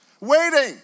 waiting